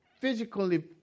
physically